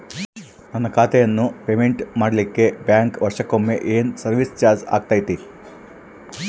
ನನ್ನ ಖಾತೆಯನ್ನು ಮೆಂಟೇನ್ ಮಾಡಿಲಿಕ್ಕೆ ಬ್ಯಾಂಕ್ ವರ್ಷಕೊಮ್ಮೆ ಏನು ಸರ್ವೇಸ್ ಚಾರ್ಜು ಹಾಕತೈತಿ?